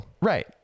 right